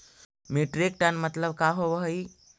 Metric tonne मतलब का होव हइ?